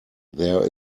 there